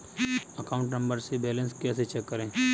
Account number से balance कैसे check करें?